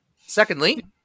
Secondly